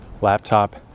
laptop